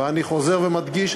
ואני חוזר ומדגיש,